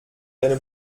deine